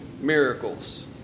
miracles